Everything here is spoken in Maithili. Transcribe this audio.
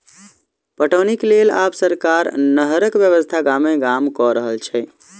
पटौनीक लेल आब सरकार नहरक व्यवस्था गामे गाम क रहल छै